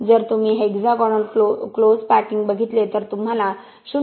जर तुम्ही hexagonal close packing बघितले तर तुम्हाला 0